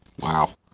Wow